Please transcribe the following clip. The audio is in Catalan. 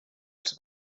els